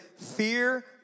fear